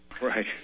Right